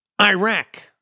Iraq